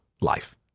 life